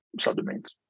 subdomains